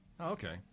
okay